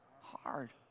Hard